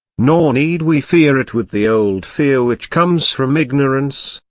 nor need we fear it with the old fear which comes from ignorance,